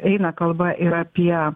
eina kalba ir apie